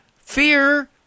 Fear